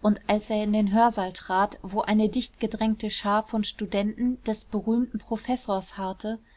und als er in den hörsaal trat wo eine dichtgedrängte schar von studenten des berühmten professors harrte